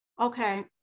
Okay